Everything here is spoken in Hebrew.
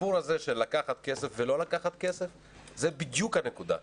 הסיפור הזה של לקחת כסף ולא לקחת כסף זה בדיוק הנקודה.